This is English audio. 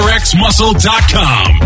Rxmuscle.com